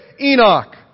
Enoch